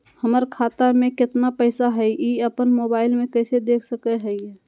हमर खाता में केतना पैसा हई, ई अपन मोबाईल में कैसे देख सके हियई?